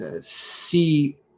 see